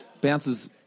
Bounces